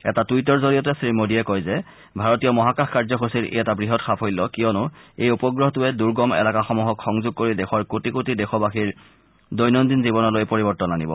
এটা টুইটৰ জৰিয়তে শ্ৰীমোদীয়ে কয় যে ভাৰতীয় মহাকাশ কাৰ্যসূচীৰ ই এটা বৃহৎ সাফল্য কিয়নো এই উপগ্ৰহটোৱে দূৰ্গম এলেকাসমূহক সংযোগ কৰি দেশৰ কোটি কোটি দেশৱাসীৰ দৈনন্দিন জীৱনলৈ পৰিৱৰ্তন আনিব